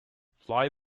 fly